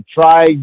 try